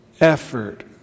effort